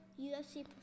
UFC